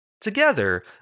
Together